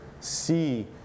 see